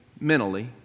mentally